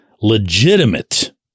legitimate